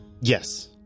Yes